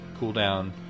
cooldown